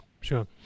Sure